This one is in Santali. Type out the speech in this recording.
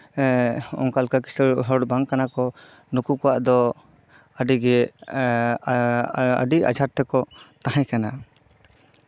ᱮᱜ ᱚᱱᱠᱟ ᱞᱮᱠᱟ ᱠᱤᱥᱟᱹᱬ ᱦᱚᱲ ᱵᱟᱝ ᱠᱟᱱᱟ ᱠᱚ ᱱᱩᱠᱩ ᱠᱚᱣᱟᱜ ᱫᱚ ᱟᱹᱰᱤ ᱮᱜ ᱟᱹᱰᱤ ᱟᱸᱡᱷᱟᱴ ᱛᱮᱠᱚ ᱛᱟᱦᱮᱸ ᱠᱟᱱᱟ